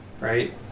Right